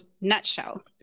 nutshell